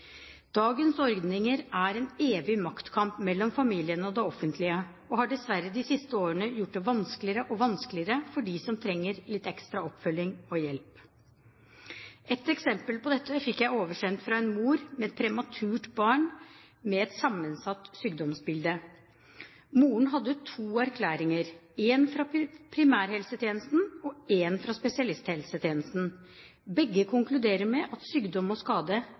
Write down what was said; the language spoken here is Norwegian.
Dagens ordninger er en evig maktkamp mellom familiene og det offentlige og har dessverre de siste årene gjort det vanskeligere og vanskeligere for dem som trenger litt ekstra oppfølging og hjelp. Et eksempel på dette fikk jeg oversendt fra en mor med et prematurt barn med sammensatt sykdomsbilde. Moren hadde to erklæringer, én fra primærhelsetjenesten og én fra spesialisthelsetjenesten. Begge konkluderte med at sykdom og skade